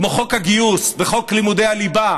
כמו חוק הגיוס וחוק לימודי הליבה,